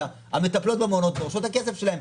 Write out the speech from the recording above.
המטפלות במעונות דורשות את הכסף שלהן,